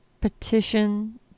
petition